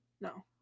No